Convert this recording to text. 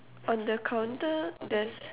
on the counter there's